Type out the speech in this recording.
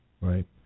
Right